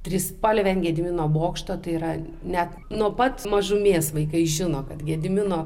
trispalvė ant gedimino bokšto tai yra net nuo pat mažumės vaikai žino kad gedimino